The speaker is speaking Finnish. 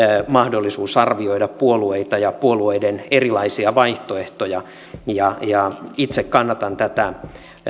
mahdollisuus arvioida puolueita ja puolueiden erilaisia vaihtoehtoja itse kannatan tätä